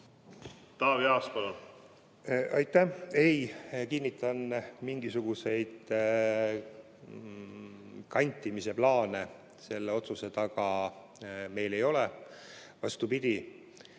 Taavi Aas, palun! Ei! Kinnitan, mingisuguseid kantimise plaane selle otsuse taga meil ei ole. Vastupidi!